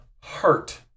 heart